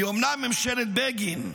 כי אומנם ממשלת בגין,